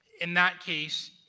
in that case,